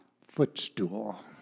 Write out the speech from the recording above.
footstool